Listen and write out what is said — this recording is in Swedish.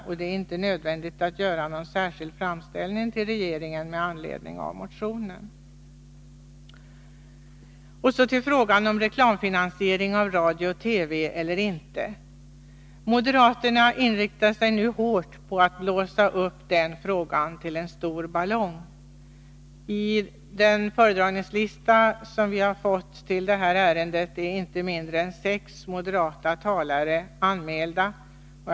Det är därför inte nödvändigt att göra någon framställning till regeringen med anledning av motionen. Så till frågan om vi skall ha reklamfinansiering av radio och TV eller inte. Moderaterna inriktar sig nu hårt på att blåsa upp denna fråga till en stor ballong. På talarlistan är inte mindre än sex moderata talare anmälda för det här ärendet.